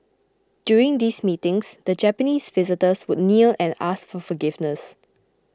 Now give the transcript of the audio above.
during these meetings the Japanese visitors would kneel and ask for forgiveness